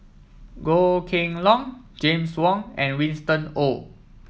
Goh Kheng Long James Wong and Winston Oh